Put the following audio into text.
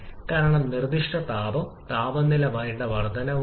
അതിനാൽ ഈ കേസിൽ മോളുകളുടെ എണ്ണം വർദ്ധിച്ചുകൊണ്ടിരിക്കുന്നു